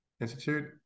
Institute